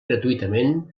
gratuïtament